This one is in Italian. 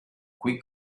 qui